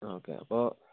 ആ ഓക്കെ അപ്പോൾ